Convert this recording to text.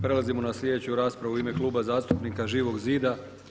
Prelazimo na sljedeću raspravu u ime Kluba zastupnika Živog zida.